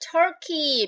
Turkey